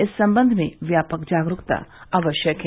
इस संबंध में व्यापक जागरूकता आवश्यक है